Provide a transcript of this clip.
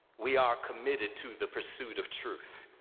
we are committed to the pursuit of truth.